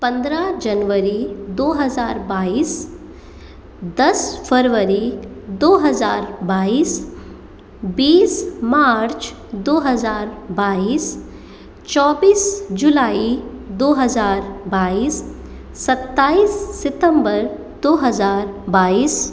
पन्द्रह जनवरी दो हज़ार बाईस दस फ़रवरी दो हज़ार बाईस बीस मार्च दो हज़ार बाईस चौबिस जुलाई दो हज़ार बाईस सत्ताइस सितम्बर दो हज़ार बाईस